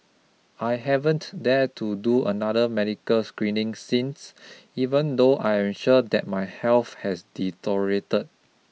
I haven't dared to do another medical screening since even though I am sure that my health has deteriorated